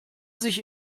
sich